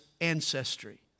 ancestry